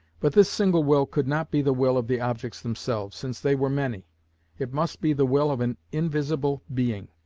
but this single will could not be the will of the objects themselves, since they were many it must be the will of an invisible being,